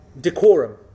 Decorum